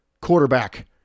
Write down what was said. quarterback